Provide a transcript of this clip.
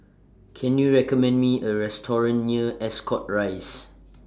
Can YOU recommend Me A Restaurant near Ascot Rise